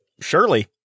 surely